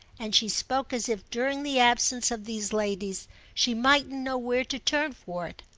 and she spoke as if during the absence of these ladies she mightn't know where to turn for it.